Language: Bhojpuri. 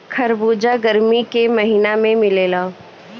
खरबूजा गरमी के महिना में मिलेला